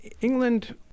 England